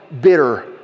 bitter